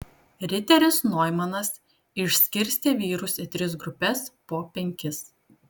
riteris noimanas išskirstė vyrus į tris grupes po penkis